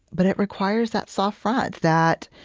but it requires that soft front that